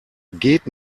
geht